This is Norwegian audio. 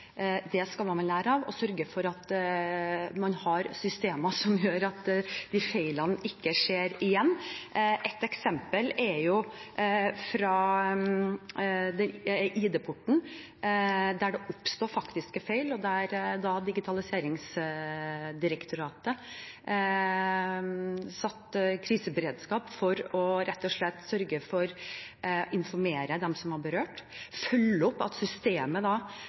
skal man lære av, og som sørger for at man har systemer som gjør at de feilene ikke skjer igjen. Et eksempel er fra ID-porten, der det oppsto faktiske feil. Der satte Digitaliseringsdirektoratet kriseberedskap for rett og slett å sørge for å informere de som var berørt, følge opp at systemet